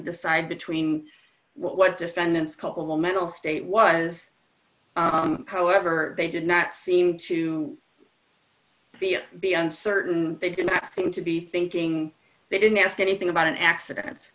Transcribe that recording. decide between what defendant's culpable mental state was however they did not seem to be uncertain they did not seem to be thinking they didn't ask anything about an accident